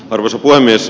arvoisa puhemies